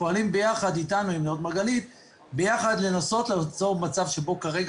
פועלים ביחד כדי לנסות ליצור מצב שבו כרגע